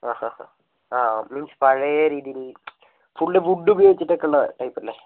ആ ഹാ ഹാ ആ മീൻസ് പഴയ രീതിയിൽ ഫുൾ വുഡ് ഉപയോഗിച്ചിട്ടൊക്കെ ഉള്ള ടൈപ്പ് അല്ലേ